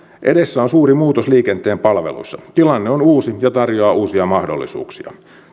edessä on suuri muutos liikenteen palveluissa tilanne on uusi ja tarjoaa uusia mahdollisuuksia